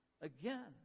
Again